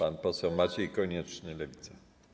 Pan poseł Maciej Konieczny, Lewica.